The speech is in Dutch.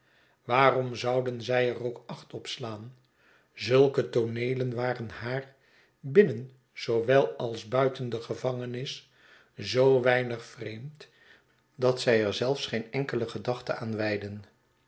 waarom zouden zij er ook acht op slaan zulke tooneelen waren haar binnen zoo wel als buiten de gevangenis zoo weinig vreemd dat zij er zelfs geen enkele gedachte aan wijdden